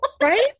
right